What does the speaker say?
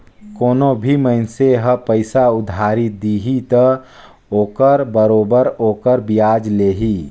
कोनो भी मइनसे ह पइसा उधारी दिही त ओखर बरोबर ओखर बियाज लेही